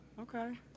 Okay